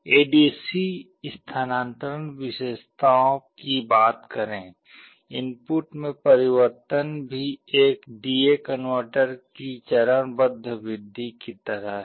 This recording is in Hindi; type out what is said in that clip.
एडीसी स्थानांतरण विशेषताओं की बात करें इनपुट में परिवर्तन भी एक डी ए कनवर्टर की चरणबद्ध वृद्धि की तरह है